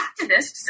activists